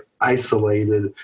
isolated